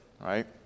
right